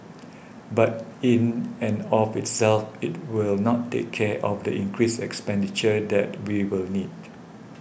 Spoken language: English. but in and of itself it will not take care of the increased expenditure that we will need